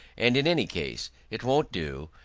and, in any case, it won't do,